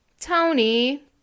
Tony